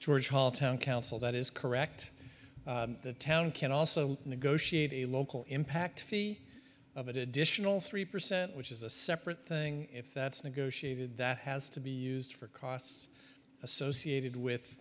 george hall town council that is correct the town can also negotiate a local impact of an additional three percent which is a separate thing if that's negotiated that has to be used for costs associated with